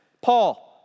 Paul